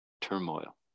turmoil